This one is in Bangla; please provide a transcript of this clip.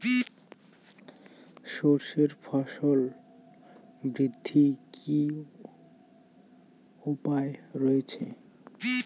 সর্ষের ফলন বৃদ্ধির কি উপায় রয়েছে?